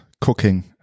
cooking